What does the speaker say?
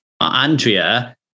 Andrea